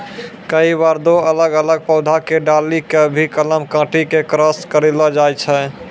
कई बार दो अलग अलग पौधा के डाली कॅ भी कलम काटी क क्रास करैलो जाय छै